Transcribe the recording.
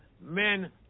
men